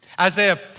Isaiah